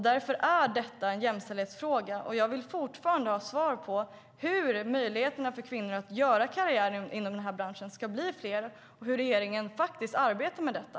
Därför är detta en jämställdhetsfråga, och jag vill fortfarande ha svar på hur möjligheterna för kvinnor att göra karriär inom den här branschen ska bli fler och hur regeringen arbetar med detta.